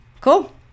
Cool